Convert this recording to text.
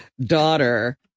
daughter